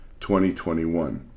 2021